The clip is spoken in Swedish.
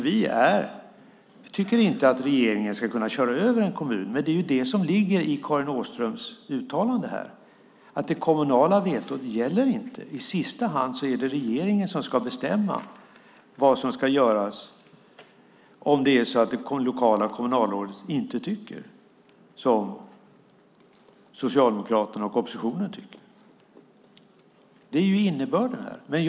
Vi tycker inte att regeringen ska kunna köra över en kommun, men det är det som ligger i Karin Åströms uttalande. Det kommunala vetot gäller inte. I sista hand är det regeringen som ska bestämma vad som ska göras om det lokala kommunalrådet inte tycker som Socialdemokraterna och oppositionen tycker. Det är innebörden.